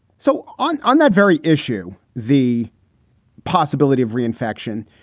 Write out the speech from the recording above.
so on on that very issue, the possibility of reinfection,